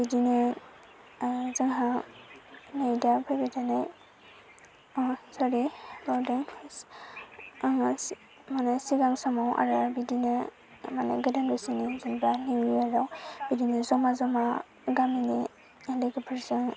बिदिनो जोंहा नै दा फैबाय थानाय सरि बावदों पार्स्ट आङो सि मानि सिगां समाव आरो बिदिनो मानि गोदान बोसोरिनि जों दा निउयाराव बिदिनो जमा जमा गामिनि ओन्दैफोरजों